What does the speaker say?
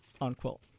unquote